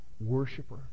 worshiper